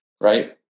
Right